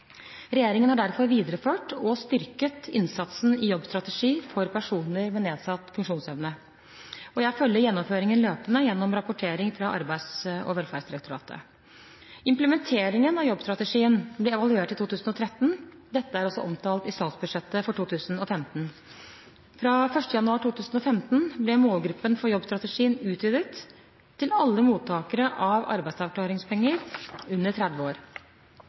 Regjeringen har derfor videreført og styrket innsatsen i Jobbstrategi for personer med nedsatt funksjonsevne. Jeg følger gjennomføringen løpende gjennom rapportering fra Arbeids- og velferdsdirektoratet. Implementeringen av jobbstrategien ble evaluert i 2013. Dette er også omtalt i statsbudsjettet for 2015. Fra 1. januar 2015 ble målgruppen for jobbstrategien utvidet til alle mottakere av arbeidsavklaringspenger under 30 år.